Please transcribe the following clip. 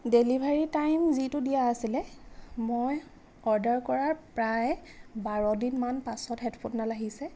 delivery time যিটো দিয়া আছিলে মই অৰ্ডাৰ কৰাৰ প্ৰায় বাৰ দিনমান পাছত হেডফোনডাল আহিছে